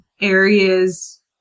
areas